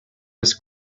his